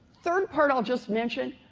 third part, i'll just mention,